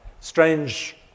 strange